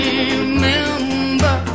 Remember